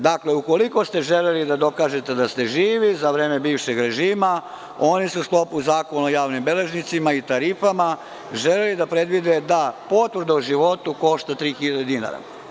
Dakle, ukoliko ste želeli da dokažete da ste živi za vreme bivšeg režima, oni su u sklopu Zakona o javnim beležnicima i tarifama želeli da predvide da potvrda o životu košta 3.000 dinara.